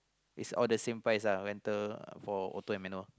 is all the same price uh rental for auto and manual